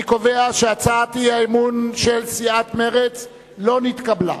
אני קובע שהצעת האי-אמון של סיעת מרצ לא נתקבלה.